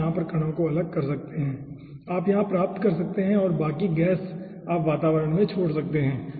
आप यहां पर कणों को अलग कर सकते हैं आप यहां प्राप्त कर सकते हैं और बाकी गैस आप वातावरण में छोड़ सकते हैं